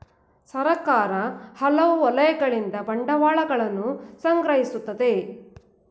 ಸರ್ಕಾರ ಹಲವು ವಲಯಗಳಿಂದ ಬಂಡವಾಳವನ್ನು ಸಂಗ್ರಹಿಸುತ್ತದೆ